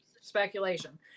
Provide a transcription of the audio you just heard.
speculation